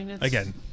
again